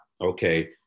okay